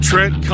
Trent